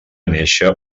néixer